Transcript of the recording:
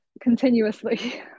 continuously